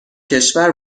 کشور